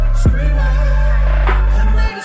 Screamer